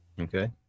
Okay